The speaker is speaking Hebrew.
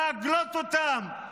להגלות אותם,